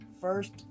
first